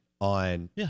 on